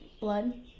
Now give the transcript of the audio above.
blood